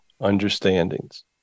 understandings